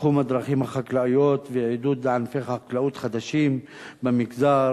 בתחום הדרכים החקלאיות ועידוד ענפי חקלאות חדשים במגזר,